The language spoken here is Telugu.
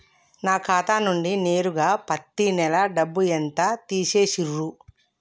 నా ఖాతా నుండి నేరుగా పత్తి నెల డబ్బు ఎంత తీసేశిర్రు?